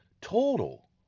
total